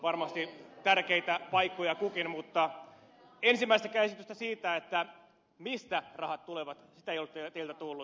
varmasti tärkeitä paikkoja kukin mutta ensimmäistäkään esitystä siitä mistä rahat tulevat ei ole teiltä tullut